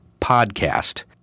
PODCAST